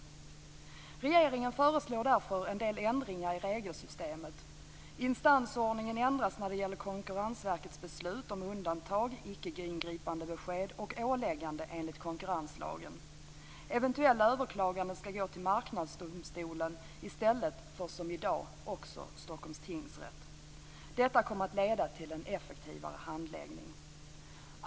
Regeringen föreslår därför en dela ändringar i regelsystemet. Instansordningen ändras när det gäller Konkurrensverkets beslut om undantag, ickeingripandebesked och ålägganden enligt konkurrenslagen. Eventuella överklaganden skall gå till Marknadsdomstolen i stället för som i dag till Stockholms tingsrätt. Detta kommer att leda till en effektivare handläggning.